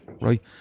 right